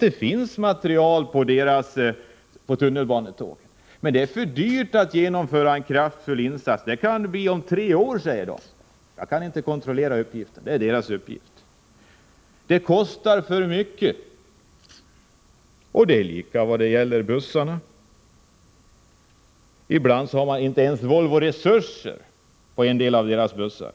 Det finns material till tunnelbanetågen, men det är för dyrt att genomföra en kraftig insats, så det kan ske först om tre år, säger de. Jag kan inte kontrollera den uppgiften, men det är deras uppgift. Det kostar för mycket. Det är lika vad gäller bussarna. Ibland har inte ens Volvo resurser att göra det här på en del av deras bussar.